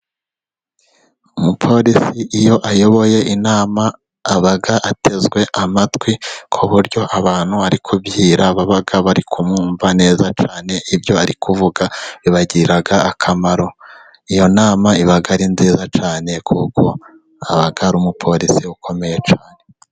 Umupolisi iyo ayoboye inama aba atezwe amatwi ku buryo abantu ari kubwira baba bari kumwumva neza cyane, ibyo ari kuvuga bibagirira akamaro, iyo nama iba ari nziza cyane kuko aba ari umupolisi ukomeye cyane.